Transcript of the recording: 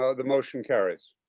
ah the motion carries.